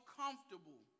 comfortable